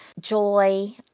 joy